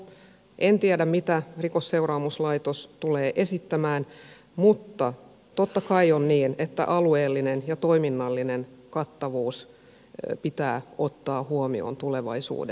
en tiedä mitä rikosseuraamuslaitos tulee esittämään mutta totta kai on niin että alueellinen ja toiminnallinen kattavuus pitää ottaa huomioon tulevaisuudessa